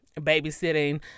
babysitting